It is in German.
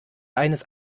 eines